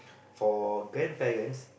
for grandparents